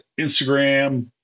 Instagram